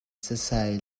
sasai